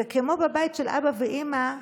וכמו בבית של אבא ואימא,